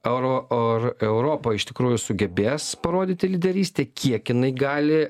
euro ar europa iš tikrųjų sugebės parodyti lyderystę kiek jinai gali